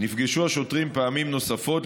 נפגשו השוטרים פעמים נוספות,